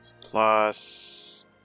Plus